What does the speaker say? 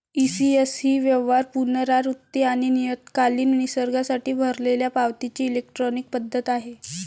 ECS ही व्यवहार, पुनरावृत्ती आणि नियतकालिक निसर्गासाठी भरलेल्या पावतीची इलेक्ट्रॉनिक पद्धत आहे